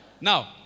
Now